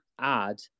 add